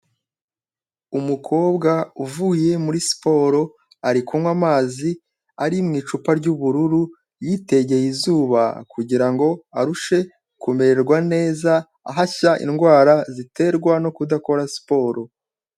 Umukobwa uvuye muri siporo ari kunywa amazi ari mu icupa ry'ubururu, yitegeye izuba kugira ngo arushe kumererwa neza ahashya indwara ziterwa no kudakora siporo.